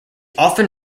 often